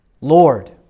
Lord